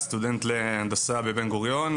סטודנט להנדסה בבן גוריון,